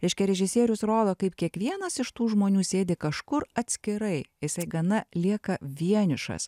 reiškia režisierius rodo kaip kiekvienas iš tų žmonių sėdi kažkur atskirai jisai gana lieka vienišas